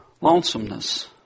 lonesomeness